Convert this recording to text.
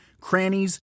crannies